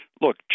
Look